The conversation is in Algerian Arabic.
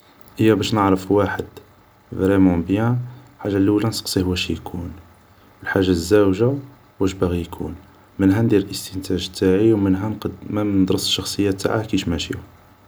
هي باش نعرف واحد فريمون بيان حاجة لولة نسقسيه واش يكون الحاجة الزاوجة واش باغي يكون منها ندير استنتاج تاعي و منها نقد مام ندرس الشخصية تاعه كيش ماشية